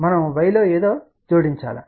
మనము y లో ఏదో జోడించాలి